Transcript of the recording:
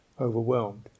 overwhelmed